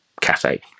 cafe